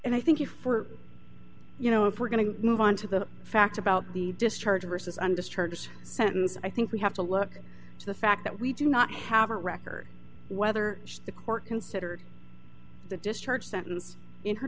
and i think you for you know if we're going to move on to the fact about the discharge versus undischarged sentence i think we have to look to the fact that we do not have a record whether the court considered the discharge sentence in her